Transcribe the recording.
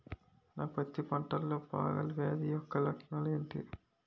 నా పత్తి పంటలో ఫంగల్ వ్యాధి యెక్క లక్షణాలు ఏంటి?